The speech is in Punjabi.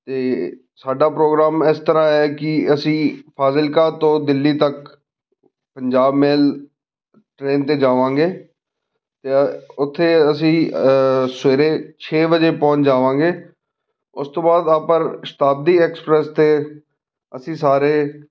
ਅਤੇ ਸਾਡਾ ਪ੍ਰੋਗਰਾਮ ਇਸ ਤਰ੍ਹਾਂ ਹੈ ਕਿ ਅਸੀਂ ਫਾਜ਼ਿਲਕਾ ਤੋਂ ਦਿੱਲੀ ਤੱਕ ਪੰਜਾਬ ਮੇਲ ਟਰੇਨ 'ਤੇ ਜਾਵਾਂਗੇ ਜਾਂ ਉੱਥੇ ਅਸੀਂ ਸਵੇਰੇ ਛੇ ਵਜੇ ਪਹੁੰਚ ਜਾਵਾਂਗੇ ਉਸ ਤੋਂ ਬਾਅਦ ਆਪਾਂ ਸ਼ਤਾਬਦੀ ਐਕਸਪ੍ਰੈਸ 'ਤੇ ਅਸੀਂ ਸਾਰੇ